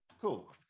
Cool